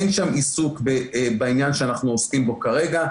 אין שם עיסוק בעניין שאנחנו עוסקים בו כרגע.